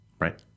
Right